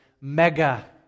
Mega